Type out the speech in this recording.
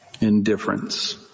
Indifference